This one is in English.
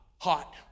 hot